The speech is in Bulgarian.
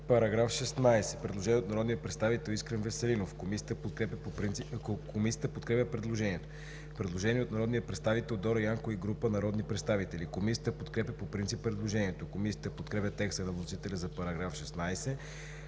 По § 16 има предложение от народния представител Искрен Веселинов. Комисията подкрепя предложението. Има предложение от народния представител Дора Янкова и група народни представители. Комисията подкрепя по принцип предложението. Комисията подкрепя текста на вносителя за § 16,